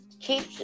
keep